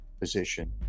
position